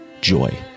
joy